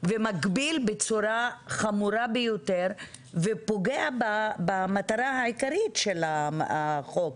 ומגביל בצורה חמורה ביותר ופוגע במטרה העיקרית של החוק.